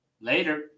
Later